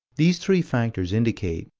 these three factors indicate,